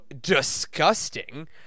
disgusting